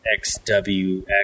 XWX